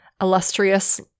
illustrious